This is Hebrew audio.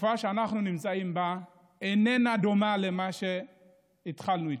התקופה שאנחנו נמצאים בה איננה דומה למה שהתחלנו איתו.